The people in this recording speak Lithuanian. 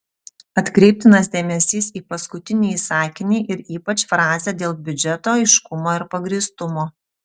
atkreiptinas dėmesys į paskutinįjį sakinį ir ypač frazę dėl biudžeto aiškumo ir pagrįstumo